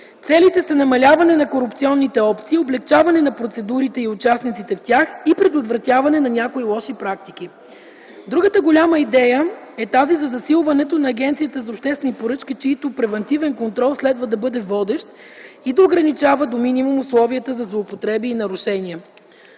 Целите са: намаляване на корупционните опции, облекчаване на процедурите и участниците в тях и предотвратяване на някои лоши практики. Другата голяма идея е тази за засилването на Агенцията за обществени поръчки, чийто превантивен контрол следва да бъде водещ и да ограничава до минимум условията за злоупотреби и нарушения.